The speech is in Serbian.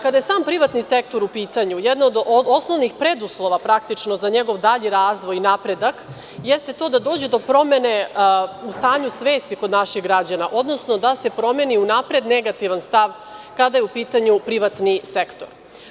Kada je sam privatni sektor u pitanju, jedan od osnovnih preduslova za njegov dalji razvoj i napredak jeste to da dođe do promene u stanju svesti kod naših građana, odnosno da se promeni unapred negativan stav kada je u pitanju privatni sektor.